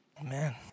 Amen